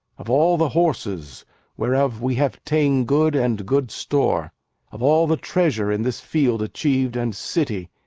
of all the horses whereof we have ta'en good, and good store of all the treasure in this field achiev'd and city,